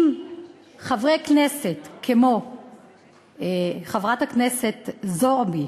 אם חברת כנסת כמו חברת הכנסת זועבי